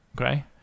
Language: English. Okay